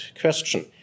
question